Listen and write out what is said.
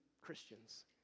Christians